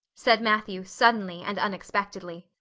said matthew suddenly and unexpectedly.